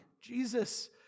Jesus